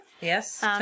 Yes